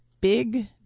big